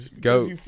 Go